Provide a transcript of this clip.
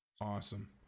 Awesome